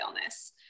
illness